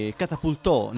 catapultò